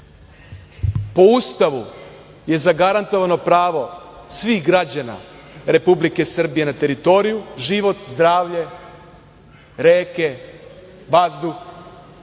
Ustavu je zagarantovano pravo svih građana Republike Srbije na teritoriju, život, zdravlje, reke, vazduh